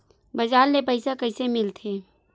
बजार ले पईसा कइसे मिलथे?